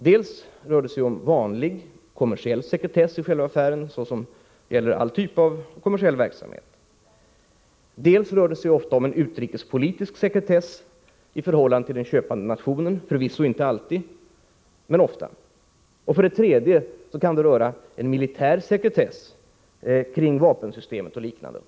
Dels rör det sig om vanlig kommersiell sekretess i själva affären, såsom gäller all typ av kommersiell verksamhet. Dels rör det sig ofta om en utrikespolitisk sekretess i förhållande till den köpande nationen — förvisso inte alltid, men ofta. Dels kan det röra sig om militär sekretess kring vapensystemet och liknande.